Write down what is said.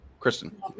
Kristen